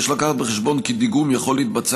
יש להביא בחשבון שדיגום יכול להתבצע